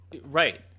right